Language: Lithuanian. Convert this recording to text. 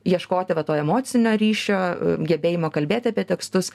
ieškoti va to emocinio ryšio gebėjimo kalbėti apie tekstus